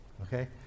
okay